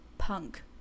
punk